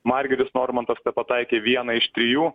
margiris normantas pataikė vieną iš trijų